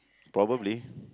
probably